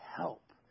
help